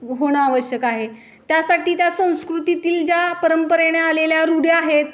होणं आवश्यक आहे त्यासाठी त्या संस्कृतीतील ज्या परंपरेने आलेल्या रूढी आहेत